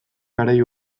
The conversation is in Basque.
garai